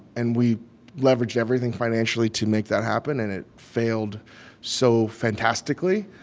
and we leveraged everything financially to make that happen. and it failed so fantastically.